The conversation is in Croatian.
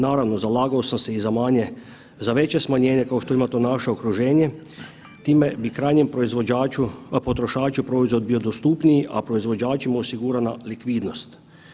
Naravno zalagao sam se i za manje, za veće smanjenje kao što ima to naše okruženje time bi krajnjem proizvođaču, potrošaču proizvod bio dostupniji, a proizvođačima osigurana likvidnost.